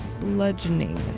bludgeoning